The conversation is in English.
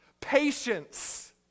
patience